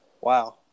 Wow